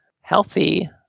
healthy